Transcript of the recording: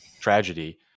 tragedy